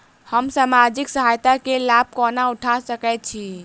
हम सामाजिक सहायता केँ लाभ कोना उठा सकै छी?